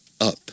up